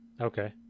Okay